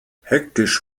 hektisch